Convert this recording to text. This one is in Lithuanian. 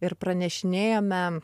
ir pranešinėjome